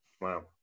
wow